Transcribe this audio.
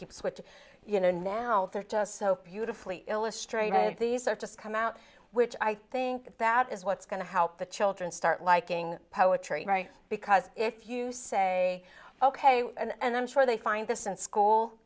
keeps which you know now they're just so beautifully illustrated these are just come out which i think about is what's going to help the children start liking poetry because if you say ok and i'm sure they find this in school